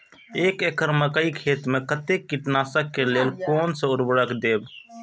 एक एकड़ मकई खेत में कते कीटनाशक के लेल कोन से उर्वरक देव?